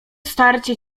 starcie